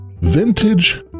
vintage